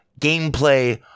gameplay